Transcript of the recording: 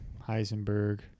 Heisenberg